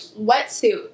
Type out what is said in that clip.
wetsuit